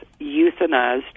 euthanized